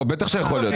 בטח יכול להיות.